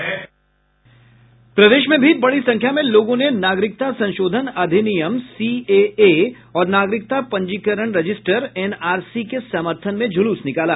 प्रदेश में भी बड़ी संख्या में लोगों ने नागरिकता संशोधन अधिनियम सीएए और नागरिकता पंजीकरण रजिस्टर एनआरसी के समर्थन में जुलूस निकाला